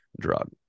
drug